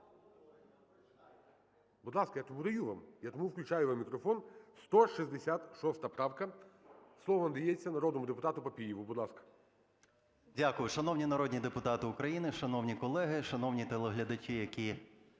Будь ласка, я тому і даю вам, я тому і включаю вам мікрофон. 166 правка. Слово надається народному депутату Папієву. Будь ласка. 12:36:20 ПАПІЄВ М.М. Дякую. Шановні народні депутати України, шановні колеги, шановні телеглядачі, які